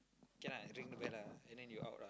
can lah ring the bell lah and then you out lah